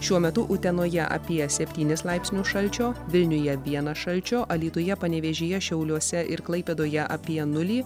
šiuo metu utenoje apie septynis laipsnius šalčio vilniuje vieną šalčio alytuje panevėžyje šiauliuose ir klaipėdoje apie nulį